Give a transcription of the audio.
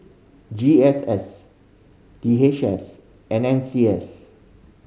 G S S D H S and N C S